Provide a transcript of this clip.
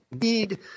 need